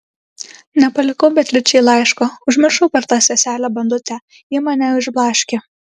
nepalikau beatričei laiško užmiršau per tą seselę bandutę ji mane išblaškė